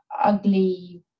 ugly